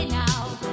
now